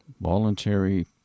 Voluntary